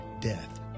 death